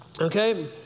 okay